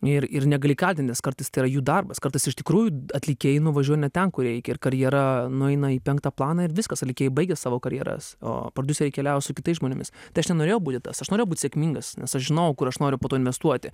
ir ir negali kaltint nes kartais tai yra jų darbas kartais iš tikrųjų atlikėjai nuvažiuoja ne ten kur reikia ir karjera nueina į penktą planą ir viskas atlikėjai baigia savo karjeras o prodiuseriai keliauja su kitais žmonėmis tai aš nenorėjau būti tas aš norėjau būt sėkmingas nes aš žinojau kur aš noriu po to investuoti